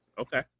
Okay